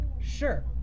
sure